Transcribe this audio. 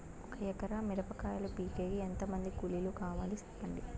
ఒక ఎకరా మిరప కాయలు పీకేకి ఎంత మంది కూలీలు కావాలి? సెప్పండి?